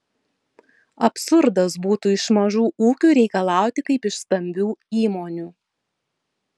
absurdas būtų iš mažų ūkių reikalauti kaip iš stambių įmonių